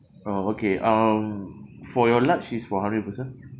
oh okay um for your large is for how many person